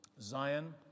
Zion